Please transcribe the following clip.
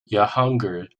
jahangir